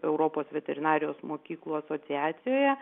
europos veterinarijos mokyklų asociacijoje